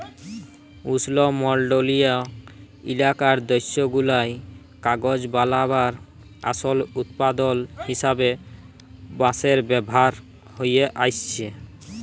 উস্লমলডলিয় ইলাকার দ্যাশগুলায় কাগজ বালাবার আসল উৎপাদল হিসাবে বাঁশের ব্যাভার হঁয়ে আইসছে